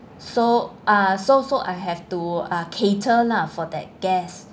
so ah so so I have to uh cater lah for that guest